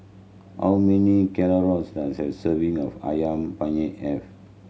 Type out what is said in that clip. how many calories does a serving of Ayam Penyet have